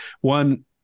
One